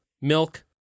milk